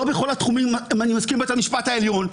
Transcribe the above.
לא בכל התחומים אני מסכים עם בית המשפט העליון.